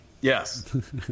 Yes